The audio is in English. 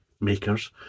makers